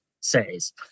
says